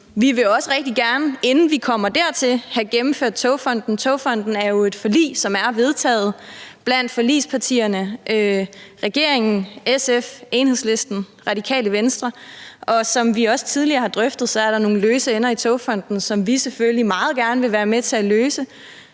Vi vil også rigtig gerne, inden vi kommer dertil, have gennemført Togfonden DK. Togfonden DK er jo et forlig, som er vedtaget blandt forligspartierne – regeringen, SF, Enhedslisten og Radikale Venstre. Og som vi også tidligere har drøftet, er der nogle løse ender i Togfonden DK, som vi selvfølgelig meget gerne vil være med til at få